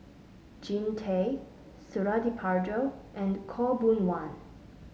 Jean Tay Suradi Parjo and Khaw Boon Wan